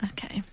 Okay